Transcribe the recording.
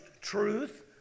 truth